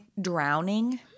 drowning